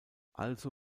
also